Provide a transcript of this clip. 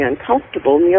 uncomfortable